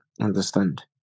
understand